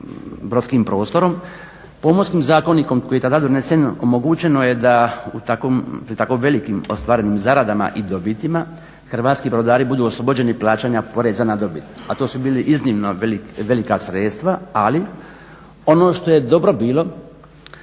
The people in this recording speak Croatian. brodskim prostorom Pomorskim zakonikom kojim je tada donesen omogućeno je da u tako velikim ostvarenim zaradama i dobitima hrvatski brodari budu oslobođeni plaćanja poreza na dobit a to su bila iznimno velika sredstava ali ono što je dobro bilo